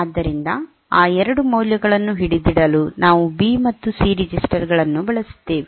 ಆದ್ದರಿಂದ ಆ 2 ಮೌಲ್ಯಗಳನ್ನು ಹಿಡಿದಿಡಲು ನಾವು ಬಿ ಮತ್ತು ಸಿ ರೆಜಿಸ್ಟರ್ ಗಳನ್ನು ಬಳಸಿದ್ದೇವೆ